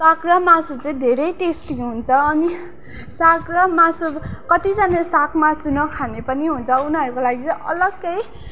साग र मासु चाहिँ धेरै टेस्टी हुन्छ अनि साग र मासु कतिजनाले साग मासु नखाने पनि हुन्छ उनीहरूको लागि चाहिँ अलक्कै